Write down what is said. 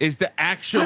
is the actual,